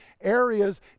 areas